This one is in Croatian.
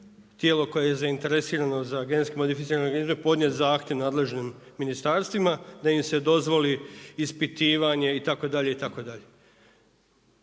tijelo koje je zainteresirano za GMO podnijeti zahtjev nadležnim ministarstvima da im se dozvoli ispitivanje itd.,